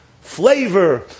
flavor